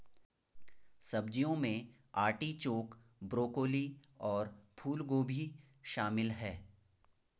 सब्जियों में artichoke, broccoli और फूलगोभी शामिल है